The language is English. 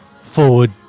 forward